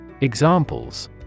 Examples